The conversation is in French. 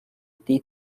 thé